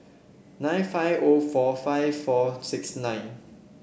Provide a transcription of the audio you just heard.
nine five O four five four six nine